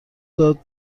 داد